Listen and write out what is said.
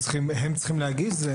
הם צריכים להגיש?